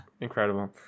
Incredible